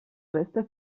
resta